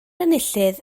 enillydd